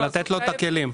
ולתת לו את הכלים.